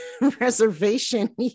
reservation